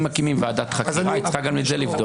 אם מקימים ועדת חקירה, היא צריכה גם את זה לבדוק.